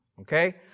Okay